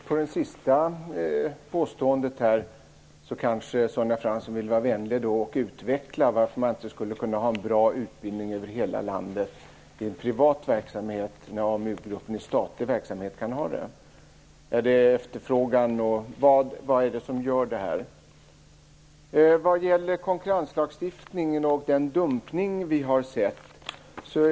Fru talman! Kanske Sonja Fransson kan vara vänlig och utveckla det sistnämnda påståendet? Varför skulle man inte kunna ha en bra utbildning över hela landet i en privat verksamhet när AmuGruppen i statlig regi kan ha det? Vad är det som bestämmer detta?